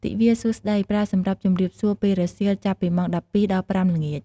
ទិវាសួស្តី ប្រើសម្រាប់ ជំរាបសួរពេលរសៀល ចាប់ពីម៉ោង ១២ ដល់ ៥ល្ងាច។